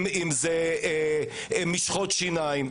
אם זה משחות שיניים,